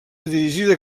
dirigida